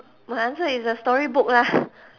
my answer is a storybook lah